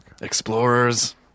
Explorers